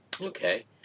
Okay